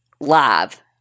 Live